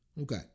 Okay